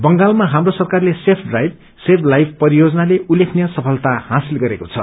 बंगाल हाम्रो सरकारले safe drive save life परियोजनाले उल्लेखनीय सफलता हासिल गरेको छ